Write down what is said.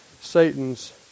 Satan's